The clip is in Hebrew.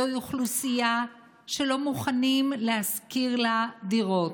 זוהי אוכלוסייה שלא מוכנים להשכיר לה דירות,